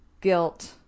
guilt